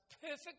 perfect